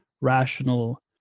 rational